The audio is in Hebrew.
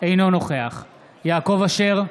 אינו נוכח יעקב אשר,